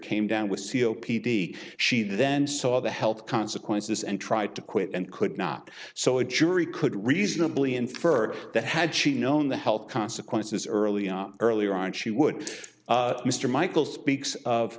came down with seo p d she then saw the health consequences and tried to quit and could not so a jury could reasonably infer that had she known the health consequences early on earlier on she would mr michael speaks of